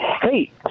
hey